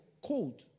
cold